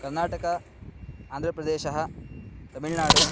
कर्नाटक आन्द्रप्रदेशः तमिळ्नाडु